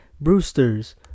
Brewsters